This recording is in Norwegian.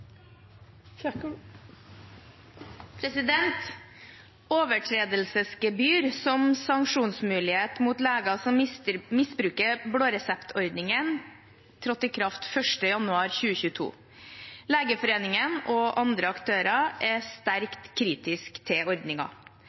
Overtredelsesgebyr som sanksjonsmulighet mot leger som misbruker blåreseptordningen, trådte i kraft 1. januar 2022. Legeforeningen og andre aktører er sterkt kritiske til